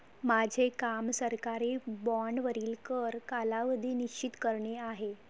माझे काम सरकारी बाँडवरील कर कालावधी निश्चित करणे आहे